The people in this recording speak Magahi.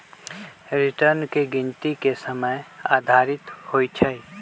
रिटर्न की गिनति के समय आधारित होइ छइ